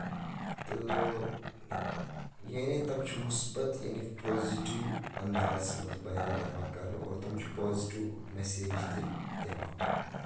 تہٕ یعنی تِم چھِ مُسبت یعنی پوزِٹِو اَندازَس منٛز بیان یِوان بَیان کرنہٕ اور تِم چھِ پوزِٹِو میسیج تہِ دِوان